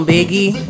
Biggie